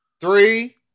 Three